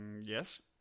Yes